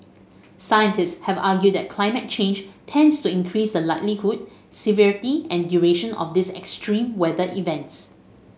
scientist have argued that climate change tends to increase the likelihood severity and duration of these extreme weather events